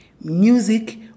music